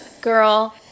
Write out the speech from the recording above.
Girl